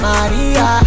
Maria